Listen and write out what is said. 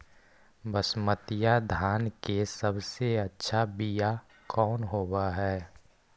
बसमतिया धान के सबसे अच्छा बीया कौन हौब हैं?